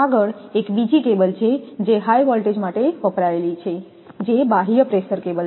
આગળ એક બીજી કેબલ છે જે હાઇ વોલ્ટેજ માટે વપરાયેલી છે બાહ્ય પ્રેશરકેબલ